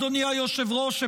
אדוני היושב-ראש,